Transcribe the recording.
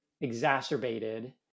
exacerbated